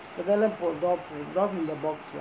இப்போ தானே:ippo thaanae drop in the box lah